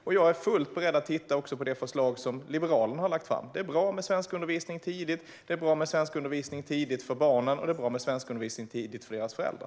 Jag är också fullt beredd att titta på det förslag Liberalerna har lagt fram. Det är bra med svenskundervisning tidigt för barnen, och det är bra med svenskundervisning tidigt för deras föräldrar.